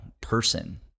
person